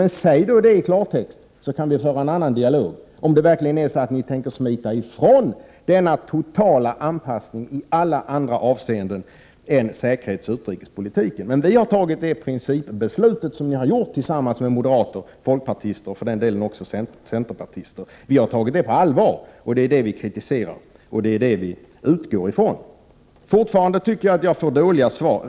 Men säg då det i klartext, så kan vi föra en annan dialog. Det kan vi nämligen göra om det verkligen är så att ni tänker smita ifrån denna totala anpassning i alla andra avseenden än säkerhetsoch utrikespolitik. Vi har tagit det principbeslut som ni har fattat tillsammans med moderater, folkpartister och för den delen också centerpartister på allvar. Det är det beslutet vi kritiserar, och det är det beslutet som vi utgår från i denna diskussion. Jag får fortfarande dåliga svar.